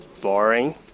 boring